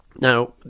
Now